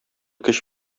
көч